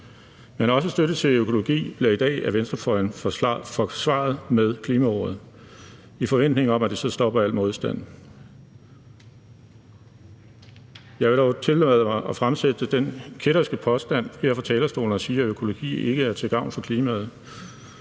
Men også støtte til økologi bliver i dag af venstrefløjen forsvaret med klimaordet, i forventning om at det så stopper al modstand. Jeg vil dog tillade mig at fremsætte den kætterske påstand her fra talerstolen, at økologi ikke er til gavn for klimaet